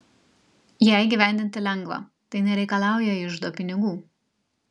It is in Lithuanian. ją įgyvendinti lengva tai nereikalauja iždo pinigų